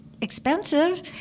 Expensive